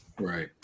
right